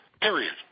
period